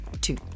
two